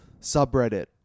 subreddit